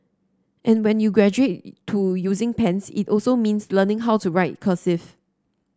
and when you graduate to using pens it also means learning how to write cursive